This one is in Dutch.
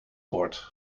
wordt